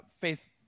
faith